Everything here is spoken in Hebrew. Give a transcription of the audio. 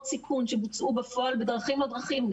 סיכון שבוצעו בפועל בדרכים-לא דרכים,